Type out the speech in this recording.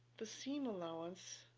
the seam allowance